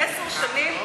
בעשר שנים,